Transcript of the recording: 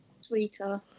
Sweeter